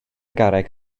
garreg